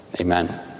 Amen